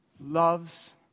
loves